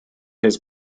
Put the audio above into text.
his